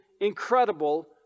incredible